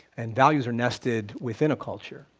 and values are nested within a culture.